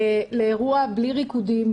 לאירוע בלי ריקודים.